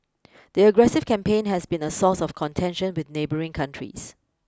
the aggressive campaign has been a source of contention with neighbouring countries